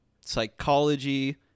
psychology